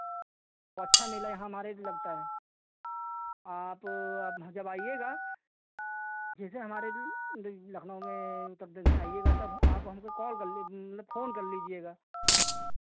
अच्छा मेला हमारे एक लगता है आप आप जब आइएगा जिसे हमारे लखनऊ में तब देखने आइएगा तब आप हमको कॉल कर ली मतलब फ़ोन कर लीजिएगा